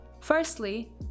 Firstly